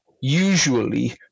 usually